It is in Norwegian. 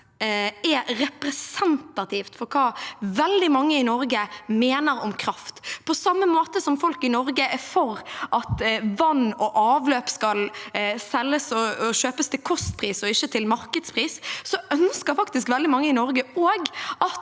er representativt for hva veldig mange i Norge mener om kraft. På samme måte som folk i Norge er for at vann og avløp skal selges og kjøpes til kostpris og ikke til markedspris, ønsker faktisk veldig mange i Norge også at